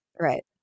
Right